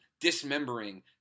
dismembering